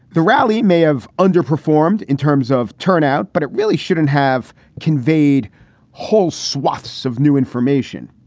the rally may have underperformed in terms of turnout, but it really shouldn't have conveyed whole swaths of new information.